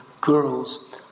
girls